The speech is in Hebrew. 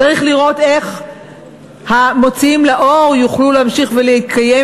צריך לראות איך המוציאים לאור יוכלו להמשיך ולהתקיים,